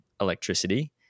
electricity